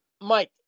Mike